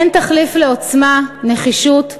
אין תחליף לעוצמה, נחישות וסבלנות.